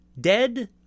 dead